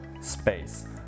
space